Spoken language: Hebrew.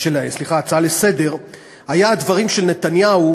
ההצעה לסדר-היום היה הדברים של נתניהו,